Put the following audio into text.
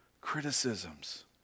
criticisms